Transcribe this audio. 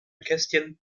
kästchen